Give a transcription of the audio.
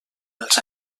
els